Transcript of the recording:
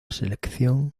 selección